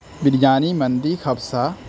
biryani mandi Hafsa